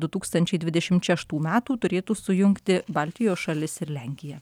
du tūkstančiai dvidešimt šeštų metų turėtų sujungti baltijos šalis ir lenkiją